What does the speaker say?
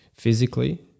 physically